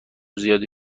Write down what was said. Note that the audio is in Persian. زیادی